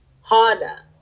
harder